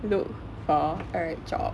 look for a job